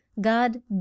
God